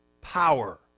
power